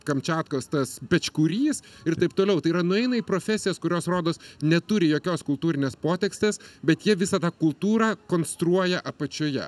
kamčiatkos tas pečkurys ir taip toliau tai yra nueina į profesijas kurios rodos neturi jokios kultūrinės potekstės bet jie visą tą kultūrą konstruoja apačioje